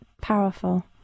powerful